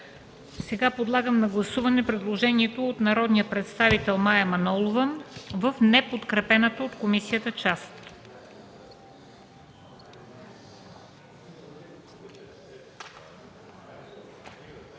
Подлагам на гласуване предложението на народния представител Яне Янев в неподкрепената от комисията част.